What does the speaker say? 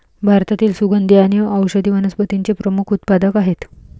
भारतातील सुगंधी आणि औषधी वनस्पतींचे प्रमुख उत्पादक आहेत